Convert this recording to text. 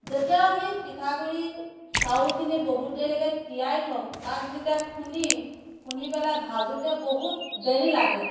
যেতিয়া আমি পিঠাগুড়ি চাউলখিনি বহুত দেৰিলৈকে তিয়াই থ'ম তাক যেতিয়া খুন্দিম খুন্দি পেলাই ভাজোঁতে বহুত দেৰি লাগে